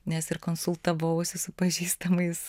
nes ir konsultavausi su pažįstamais